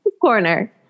Corner